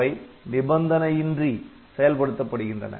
அவை நிபந்தனையின்றி செயல்படுத்தப்படுகின்றன